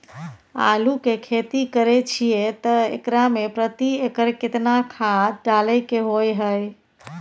आलू के खेती करे छिये त एकरा मे प्रति एकर केतना खाद डालय के होय हय?